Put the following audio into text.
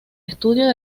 estudio